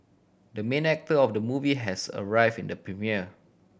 the main actor of the movie has arrive in the premiere